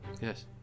Yes